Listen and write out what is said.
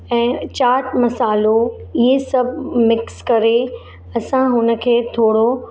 ऐं चाट मसाल्हो इहे सभु मिक्स करे असां हुन खे थोरो